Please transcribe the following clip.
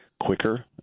quicker